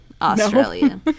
Australia